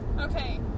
Okay